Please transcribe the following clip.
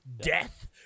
death